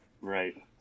Right